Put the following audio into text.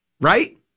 right